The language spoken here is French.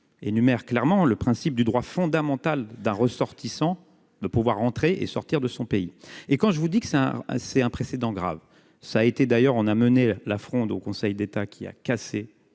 énumère clairement le principe du droit fondamental d'un ressortissant de pouvoir rentrer et sortir de son pays, et quand je vous dis que c'est un assez un précédent grave, ça a été d'ailleurs on a mené la fronde au Conseil d'État qui a cassé